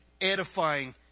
edifying